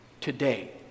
today